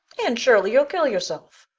anne shirley, you'll kill yourself.